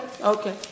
okay